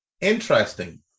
Interesting